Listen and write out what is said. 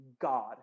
God